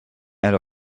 and